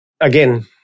again